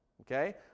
Okay